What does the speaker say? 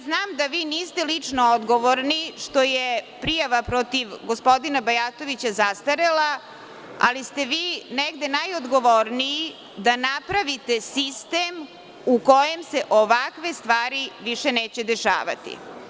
Znam da vi niste lično odgovorni što je prijava protiv gospodina Bajatovića zastarela, ali ste vi negde najodgovorniji da napravite sistem u kojem se ovakve stvari više neće dešavati.